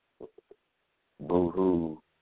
boo-hoo